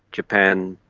japan,